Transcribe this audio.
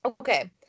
Okay